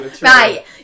right